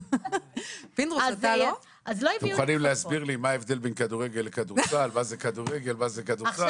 אתם מוכנים להסביר לי מה זה כדורגל ומה זה כדורסל?